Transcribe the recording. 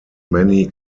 many